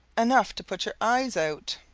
enough to put your eyes out.